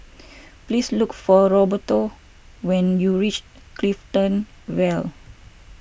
please look for Roberto when you reach Clifton Vale